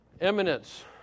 Eminence